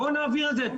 בואו נעביר את זה,